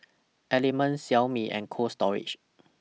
Element Xiaomi and Cold Storage